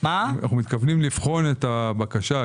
אנחנו מתכוונים לבחון את הבקשה.